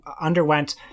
underwent